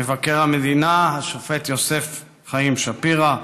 מבקר המדינה השופט יוסף חיים שפירא,